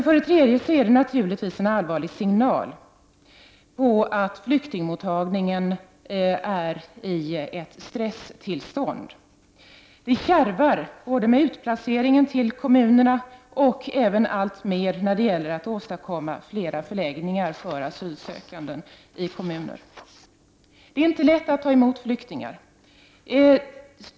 För det tredje är det här naturligtvis en allvarlig signal — flyktingmottagningen är i ett stresstillstånd. Det kärvar med utplaceringen till kommunerna, och det kärvar också alltmer när det gäller att åstadkomma fler förläggningar för asylsökande ute i kommunerna. Det är inte så lätt att ta emot flyktingar.